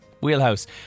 wheelhouse